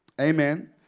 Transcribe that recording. Amen